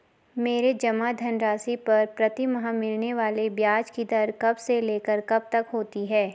मेरे जमा धन राशि पर प्रतिमाह मिलने वाले ब्याज की दर कब से लेकर कब तक होती है?